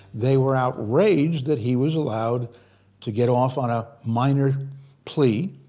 they were outraged that he was allowed to get off on a minor plea,